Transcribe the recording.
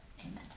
Amen